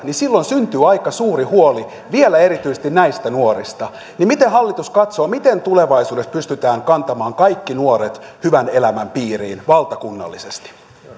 ja silloin syntyy aika suuri huoli vielä erityisesti näistä nuorista miten hallitus katsoo miten tulevaisuudessa pystytään kantamaan kaikki nuoret hyvän elämän piiriin valtakunnallisesti